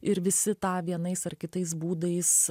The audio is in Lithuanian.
ir visi tą vienais ar kitais būdais